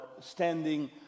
standing